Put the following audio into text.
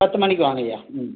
பத்து மணிக்கு வாங்கய்யா ம்